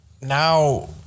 now